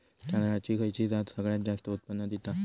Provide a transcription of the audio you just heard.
तांदळाची खयची जात सगळयात जास्त उत्पन्न दिता?